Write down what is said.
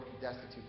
destitute